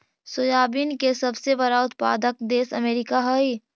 soybean के सबसे बड़ा उत्पादक देश अमेरिका हइ